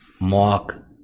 Mark